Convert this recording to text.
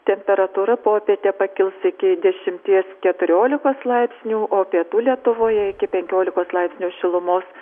temperatūra popietę pakils iki dešimties keturiolikos laipsnių o pietų lietuvoje iki penkiolikos laipsnių šilumos